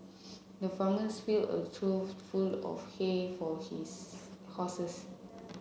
the farmers filled a trough full of hay for his horses